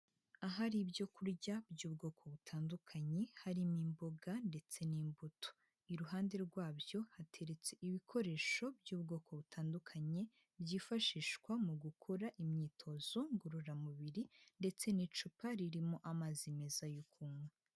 Ahari ibyo kurya by'ubwoko butandukanye, harimo imboga ndetse n'imbuto, iruhande rwabyo hateretse ibikoresho by'ubwoko butandukanye, byifashishwa mu gukora imyitozo ngororamubiri ndetse n'icupa ririmo amazi meza y'ukuywa.